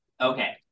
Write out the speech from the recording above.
Okay